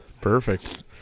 Perfect